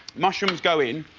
mushrooms go in.